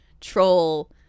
troll